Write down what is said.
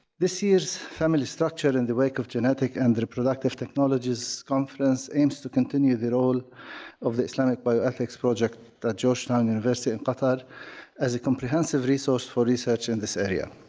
this year's, family structure in the wake of genetic and reproductive technologies, conference aims to continue the role of the islamic bioethics project that georgetown university in qatar as a comprehensive resource for research in this area.